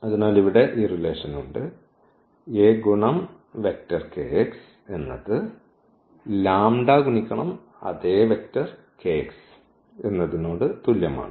അതിനാൽ ഇവിടെ ഈ റിലേഷൻ ഉണ്ട് A ഗുണം വെക്റ്റർ എന്നത് λ ഗുണം അതേ വെക്റ്റർ എന്നതിനോട് തുല്യമാണ്